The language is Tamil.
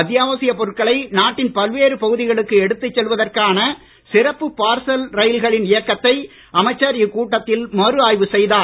அத்தியாவசியப் பொருட்களை நாட்டின் பல்வேறு பகுதிகளுக்கு எடுத்துச் செல்வதற்கான சிறப்பு பார்சல் ரயில்களின் இயக்கத்தை அமைச்சர் இக்கூட்டத்தில் மறு ஆய்வு செய்தார்